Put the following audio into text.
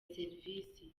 serivisi